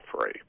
free